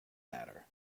matter